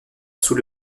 sous